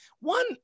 one